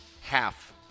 half